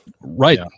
Right